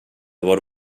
bor